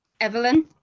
Evelyn